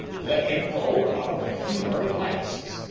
let him go while the humour lasts.